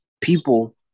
people